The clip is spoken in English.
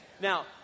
Now